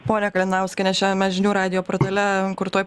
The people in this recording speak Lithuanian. ponia kalinauskiene šiandien mes žinių radijo portale kur tuoj